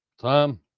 Tom